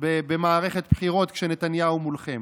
במערכת בחירות כשנתניהו מולכם.